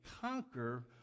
conquer